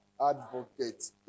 advocate